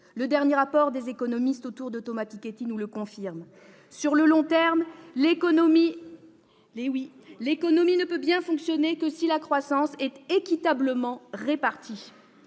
Le dernier rapport des économistes autour de Thomas Piketty nous le confirme. Que de références ! Sur le long terme, l'économie ne peut bien fonctionner que si la croissance est équitablement répartie.